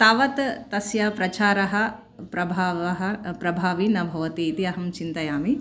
तावत् तस्य प्रचारः प्रभावः प्रभावी न भवति अहं चिन्तयामि